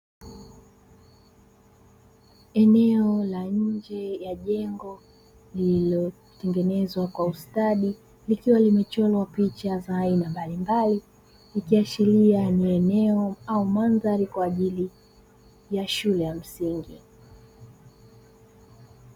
Eneo la nje ya jengo lililotengenezwa kwa ustadi likiwa limechorwa picha za aina mbalimbali, ikiashiria ni eneo au mandhari kwa ajili shule ya msingi.